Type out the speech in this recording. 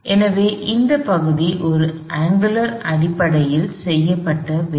எனவே இந்த பகுதி ஒரு அங்குலர் அடிப்படையில்செய்யப்பட்ட வேலை